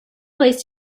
placed